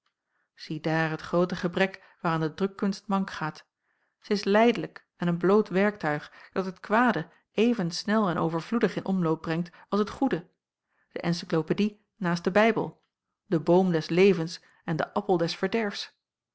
ziedaar het groote gebrek waaraan de drukkunst mank gaat zij is lijdelijk en een bloot werktuig dat het kwade even snel en overvloedig in omloop brengt als het goede de encyklopedie naast den bijbel den boom des levens en den appel des verderfs